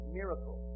miracle